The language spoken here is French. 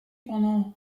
pendant